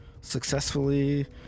successfully